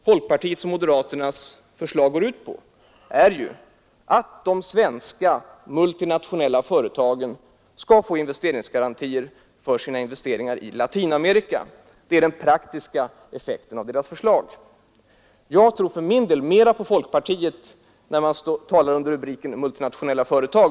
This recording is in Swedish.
Folkpartiets och moderaternas förslag går i praktiken ut på att de svenska multinationella företagen skall få investeringsgarantier för sina investeringar i Latinamerika. Det är den praktiska effekten av deras förslag. Jag tror för min del mera på folkpartiet när man talar under rubriken multinationella företag.